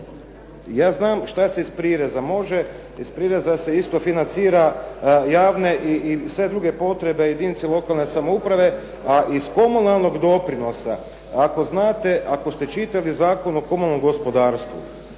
Ja znam šta se iz prireza može. Iz prireza se isto financira javne i sve druge potrebe jedinice lokalne samouprave a iz komunalnog doprinosa ako znate, ako ste čitali Zakon o komunalnom gospodarstvu.